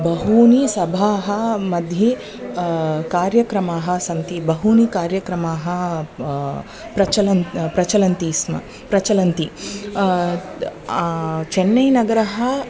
बहूनि सभाः मध्ये कार्यक्रमाः सन्ति बहूनि कार्यक्रमाः बा प्रचलन् प्रचलन्ति स्म प्रचलन्ति चेनैनगरः